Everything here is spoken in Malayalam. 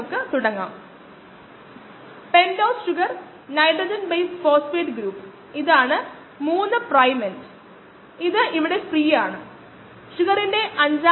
ഒരു സ്പെക്ട്രോഫ്ലൂറിമീറ്ററിൽ നമുക്ക് ഒരു നല്ല കുവെറ്റ് അല്ലെങ്കിൽ മറ്റേതെങ്കിലും തരത്തിലുള്ള അളവുകൾ ഉണ്ട്